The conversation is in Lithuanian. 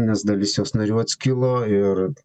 nes dalis jos narių atskilo ir